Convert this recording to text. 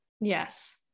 Yes